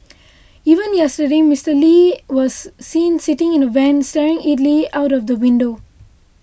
even yesterday Mister Lee was seen sitting in the van staring idly out of the window